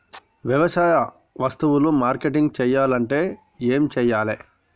వ్యవసాయ వస్తువులు మార్కెటింగ్ చెయ్యాలంటే ఏం చెయ్యాలే?